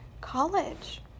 college